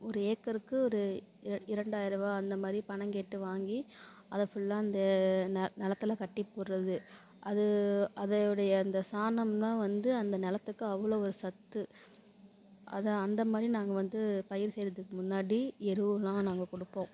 ஒரு ஏக்கருக்கு ஒரு இர இரண்டாயரூவா அந்த மாதிரி பணம் கேட்டு வாங்கி அதை ஃபுல்லாக அந்த நெ நிலத்துல கட்டி போடுறது அது அதோடைய அந்த சாணம் எல்லாம் வந்து அந்த நெலத்துக்கு அவ்வளோ ஒரு சத்து அதான் அந்த மாதிரி நாங்கள் வந்து பயிர் செய்யறதுக்கு முன்னாடி எருவு எல்லாம் நாங்கள் கொடுப்போம்